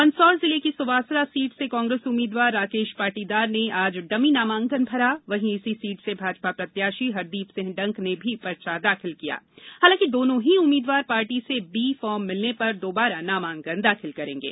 मंदसौर जिले की सुवासरा सीट से कांग्रेस उम्मीद्वार राकेश पाटीदार ने आज डमी नामांकन भरा वहीं इसी सीट से भाजपा प्रत्याशी हरदीप सिंह डंग ने भी पर्चा दाखिल किया हालांकि दोनों ही उम्मीदवार पार्टी से बी फार्म मिलने पर दौबारा नामांकन दाखिल करेंगे